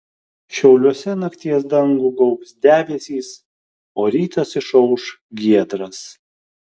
šiauliuose nakties dangų gaubs debesys o rytas išauš giedras